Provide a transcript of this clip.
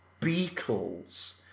beetles